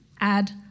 add